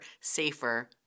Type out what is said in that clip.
safer